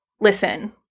Listen